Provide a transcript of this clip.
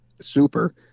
Super